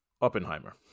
Oppenheimer